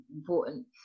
important